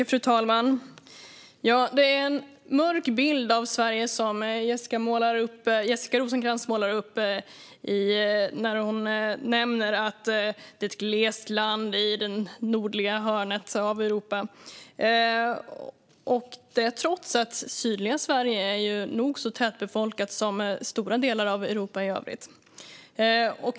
Fru talman! Det är en mörk bild av Sverige som Jessica Rosencrantz målar upp. Hon säger att vi är ett glesbefolkat land i det nordliga hörnet av Europa, trots att den sydliga delen av Sverige är minst lika tätbefolkad som stora delar av Europa i övrigt.